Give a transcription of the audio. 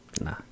Nah